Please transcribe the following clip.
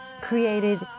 created